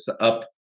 up